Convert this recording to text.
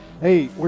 Hey